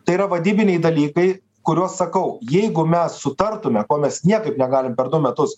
tai yra vadybiniai dalykai kuriuos sakau jeigu mes sutartume ko mes niekaip negalim per du metus